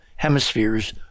Hemispheres